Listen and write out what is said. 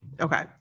Okay